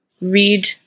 Read